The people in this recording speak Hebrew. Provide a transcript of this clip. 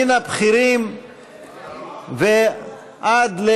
מהבכירים ועד,